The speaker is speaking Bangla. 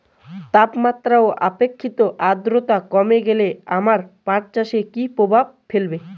তাপমাত্রা ও আপেক্ষিক আদ্রর্তা কমে গেলে আমার পাট চাষে কী প্রভাব ফেলবে?